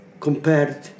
Compared